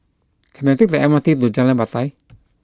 can I take the M R T to Jalan Batai